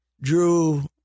drew –